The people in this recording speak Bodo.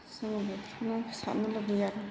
समाव बेफोरखौनो फोसाबनो लुबैयो आरो